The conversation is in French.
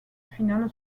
finale